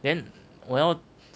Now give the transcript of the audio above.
then 我要